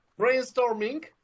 brainstorming